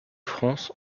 france